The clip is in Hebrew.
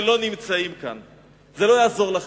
שלא נמצאים כאן: זה לא יעזור לכם.